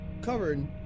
covered